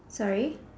sorry